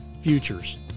futures